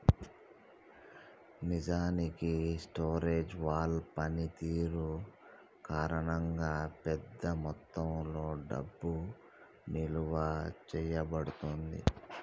నిజానికి storage wall పనితీరు కారణంగా పెద్ద మొత్తంలో డబ్బు నిలువ చేయబడుతుంది